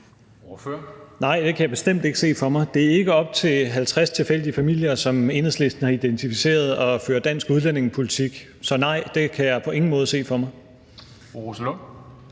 Nej, det kan jeg bestemt ikke se for mig. Det er ikke op til 50 tilfældige familier, som Enhedslisten har identificeret, at føre dansk udlændingepolitik. Så nej, det kan jeg på ingen måde se for mig.